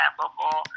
local